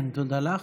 כן, תודה לך.